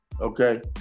okay